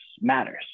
matters